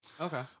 Okay